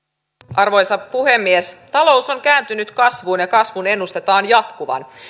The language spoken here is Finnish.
arvoisa puhemies talous on kääntynyt kasvuun ja kasvun ennustetaan jatkuvan